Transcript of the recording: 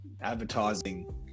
advertising